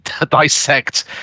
dissect